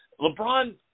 LeBron